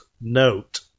note